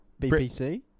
BPC